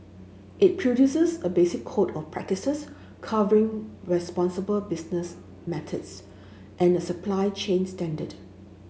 it produces a basic code of practices covering responsible business methods and a supply chain standard